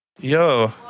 yo